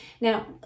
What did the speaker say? now